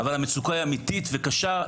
אבל המצוקה היא אמיתית וקשה.